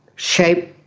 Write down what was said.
shape,